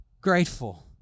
grateful